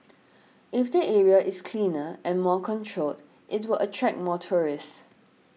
if the area is cleaner and more controlled it will attract more tourists